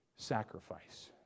sacrifice